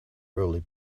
early